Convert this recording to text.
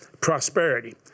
prosperity